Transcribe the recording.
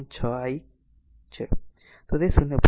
6 I છે તો તે 0